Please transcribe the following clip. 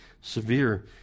severe